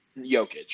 Jokic